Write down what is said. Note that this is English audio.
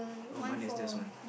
oh mine is just one